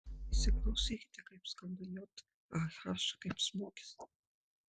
įsiklausykite kaip skamba j a h kaip smūgis